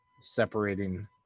separating